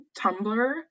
Tumblr